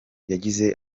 yagize